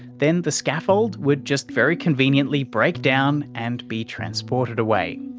then the scaffold would just very conveniently break down and be transported away.